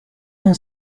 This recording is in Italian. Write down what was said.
non